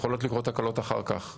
ויכולות לקרות תקלות אחר כך.